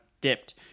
dipped